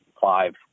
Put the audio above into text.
five